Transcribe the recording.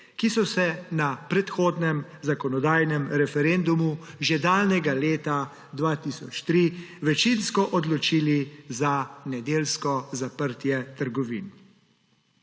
ki so se na predhodnem zakonodajnem referendumu že daljnega leta 2003 večinsko odločili za nedeljsko zaprtje trgovin.